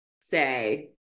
say